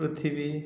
ପୃଥିବୀ